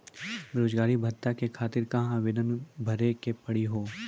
बेरोजगारी भत्ता के खातिर कहां आवेदन भरे के पड़ी हो?